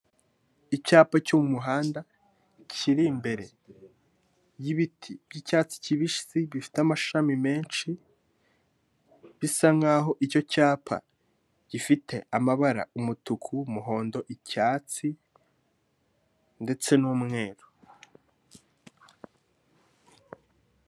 Icyapa cyo mu muhanda kiri imbere y'ibiti by'icyatsi kibisi bifite amashami menshi, bisa nkaho icyo cyapa gifite amabara umutuku, umuhondo, icyatsi ndetse n'umweru.